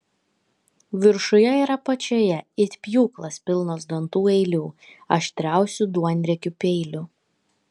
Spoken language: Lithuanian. viršuje ir apačioje it pjūklas pilnos dantų eilių aštriausių duonriekių peilių